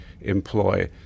employ